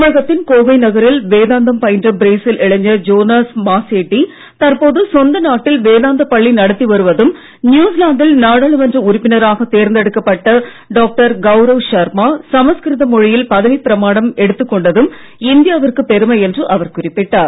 தமிழகத்தின் கோவை நகரில் வேதாந்தம் பயின்ற பிரேசில் இளைஞர் ஜோனாஸ் மாசேட்டி தற்போது சொந்த நாட்டில் வேதாந்தப் பள்ளி நடத்தி வருவதும் நியுசிலாந்தில் நாடாளுமன்ற உறுப்பினராக தேர்ந்தெடுக்கப்பட்ட டாக்டர் கௌரவ் ஷர்மா சமஸ்கிருத மொழியில் பதவிப் பிரமாணம் எடுத்து கொண்டதும் இந்தியாவிற்கு பெருமை என்று அவர் குறிப்பிட்டார்